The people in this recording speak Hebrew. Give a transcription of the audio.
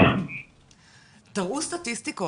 תראו סטטיסטיקות,